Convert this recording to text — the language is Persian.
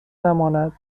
نماند